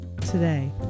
Today